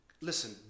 Listen